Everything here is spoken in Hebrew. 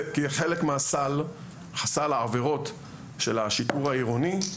כי חלק מסל העבירות של השיטור העירוני,